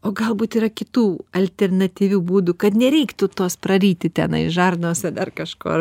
o galbūt yra kitų alternatyvių būdų kad nereiktų tos praryti tenai žarnos ar dar kažko